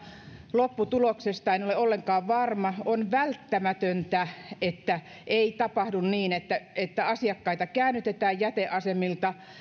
lopputuloksesta en ole ollenkaan varma on välttämätöntä että ei tapahdu niin että että asiakkaita käännytetään jäteasemilta